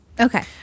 Okay